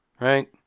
right